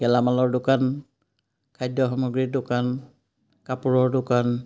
গেলামালৰ দোকান খাদ্য সামগ্ৰীৰ দোকান কাপোৰৰ দোকান